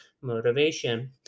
motivation